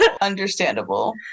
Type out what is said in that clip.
understandable